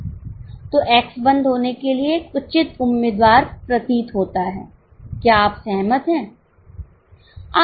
तो X बंद होने के लिए एक उचित उम्मीदवार प्रतीत होता है क्या आप सहमत हैं